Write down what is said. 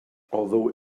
although